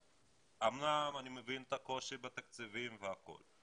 אמנם אני מבין את הקושי בתקציבים והכול,